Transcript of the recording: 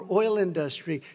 oil-industry